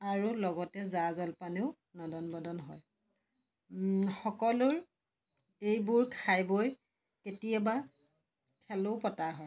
আৰু লগতে জা জলপানেও নদন বদন হয় সকলোৰ এইবোৰ খাই বৈ কেতিয়াবা খেলো পতা হয়